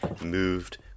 moved